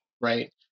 right